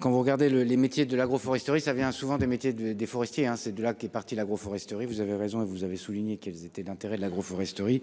quand vous regardez le, les métiers de l'agroforesterie ça vient souvent des métiers de des forestiers, hein, c'est de là qu'est partie l'agroforesterie, vous avez raison et vous avez souligné qu'ils étaient d'intérêt de l'agroforesterie,